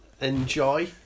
enjoy